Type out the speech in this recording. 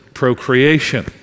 procreation